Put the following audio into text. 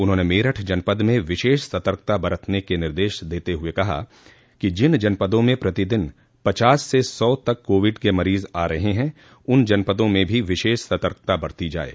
उन्होंने मेरठ जनपद में विशेष सतर्कता बरतने के निदश देते हुए कहा कि जिन जनपदों में प्रतिदिन पचास से सौ तक कोविड के मरीज आ रहे हैं उन जनपदों में भी विशेष सतर्कता बरती जाये